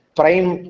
prime